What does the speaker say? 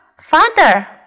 Father